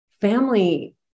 family